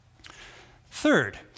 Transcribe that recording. Third